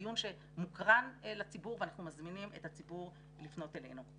זה דיון שמוקרן לציבור ואנחנו מזמינים את הציבור לפנות אלינו.